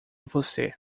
você